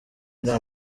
nta